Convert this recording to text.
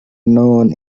known